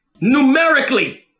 numerically